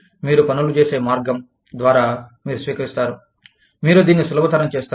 మీరు పనులు చేసే మార్గం ద్వారా మీరు స్వీకరిస్తారు మీరు దీన్ని సులభతరం చేస్తారు